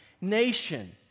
nation